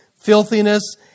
filthiness